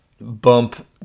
bump